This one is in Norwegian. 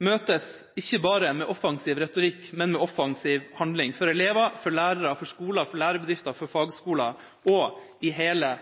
møtes – ikke bare med offensiv retorikk, men med offensiv handling, for elever, for lærere, for skoler, for lærebedrifter, for fagskoler og i hele